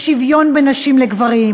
יש שוויון בין נשים לגברים,